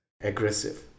aggressive